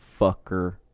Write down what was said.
Fucker